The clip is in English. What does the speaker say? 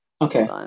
Okay